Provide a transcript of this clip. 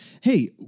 Hey